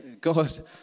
God